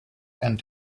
and